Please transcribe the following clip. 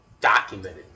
documented